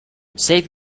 save